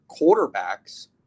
quarterbacks